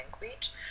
language